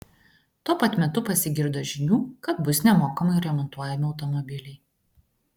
tuo pat metu pasigirdo žinių kad bus nemokamai remontuojami automobiliai